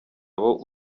abo